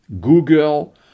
Google